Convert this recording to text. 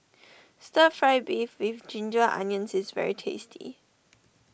Stir Fry Beef with Ginger Onions is very tasty